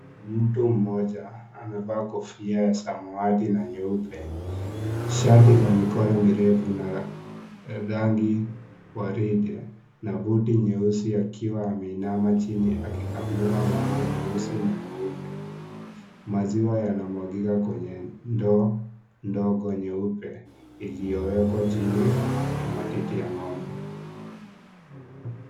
Mtu mmoja amevaa kofia ya samawati na nyeupe shati la mikono mirefu na rangi waridi na buti nyeusi akiwa ameinama chini akikamua ng'ombe mweusi na mweusi . Maziwa yanamwagika kwenye ndoo ndogo nyeupe iliyowekwa chini ya matiti ya ng'ombe.